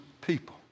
people